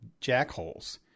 jackholes